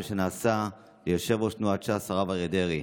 שנעשה ליושב-ראש תנועת ש"ס הרב אריה דרעי?